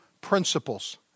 principles